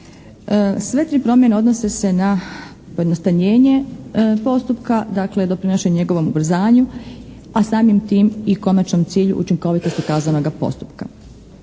Sve tri promjene odnose se na pojednostavljenje postupka, dakle doprinošenje njegovom ubrzanju a samim tim i konačan cilj učinkovitosti kaznenoga postupka.